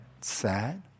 sad